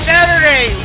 Saturday